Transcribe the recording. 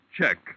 check